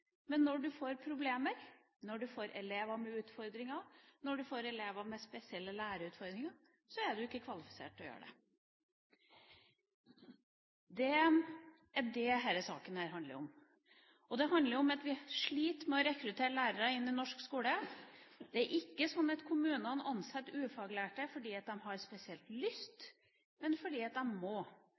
men når du får problemer, når du får elever med utfordringer, som elever med spesielle læreutfordringer, er du ikke kvalifisert til å gjøre noe med det. Det er det denne saken handler om. Det handler om at vi sliter med å rekruttere lærere inn i norsk skole. Det er ikke sånn at kommunen ansetter ufaglærte fordi de har spesielt lyst til det, men fordi de må